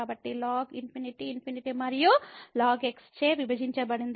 కాబట్టి ln ∞∞ మరియు ln x చే విభజించబడింది